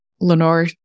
Lenore